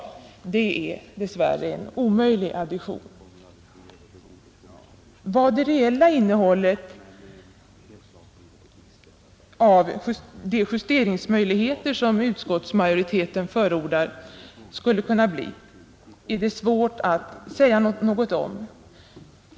Det är dess värre en omöjlig addition. Vad det reella innehållet i de justeringsmöjligheter, som utskottsmajoriteten förordar, skulle kunna bli är svårt att säga någonting om.